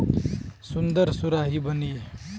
सुन्दर सुराही बनी